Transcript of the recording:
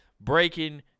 breaking